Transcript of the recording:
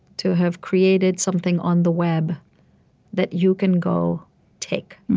to have created something on the web that you can go take.